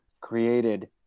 created